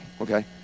okay